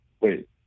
wait